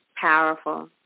powerful